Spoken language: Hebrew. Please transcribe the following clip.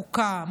חוקה,